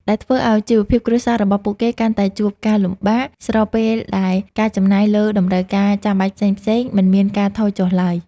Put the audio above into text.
ដែលធ្វើឱ្យជីវភាពគ្រួសាររបស់ពួកគេកាន់តែជួបការលំបាក ស្របពេលដែលការចំណាយលើតម្រូវការចាំបាច់ផ្សេងៗមិនមានការថយចុះឡើយ។